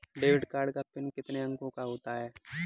Debit card का PIN कितने अंकों का होता है?